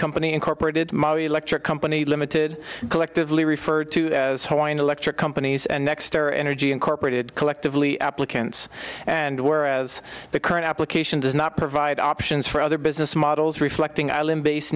company incorporated electric company limited collectively referred to as hoeing electric companies and next are energy incorporated collectively applicants and whereas the current application does not provide options for other business models reflecting island base